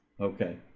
Okay